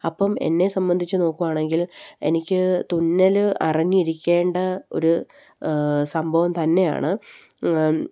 അപ്പം എന്നെ സംബന്ധിച്ച് നോക്കുകയാണെങ്കിൽ എനിക്ക് തുന്നല് അറിഞ്ഞിരിക്കേണ്ട ഒരു സംഭവം തന്നെയാണ്